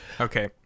Okay